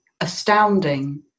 astounding